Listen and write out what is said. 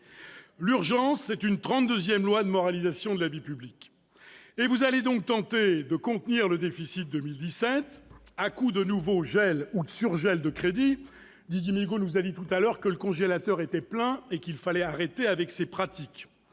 trente-deuxième loi de moralisation de la vie publique ... Vous allez donc tenter de contenir le déficit 2017 à coup de nouveaux gels ou de surgels de crédits-Didier Migaud nous a dit lors de son audition que le congélateur était plein et qu'il fallait en finir avec ces pratiques.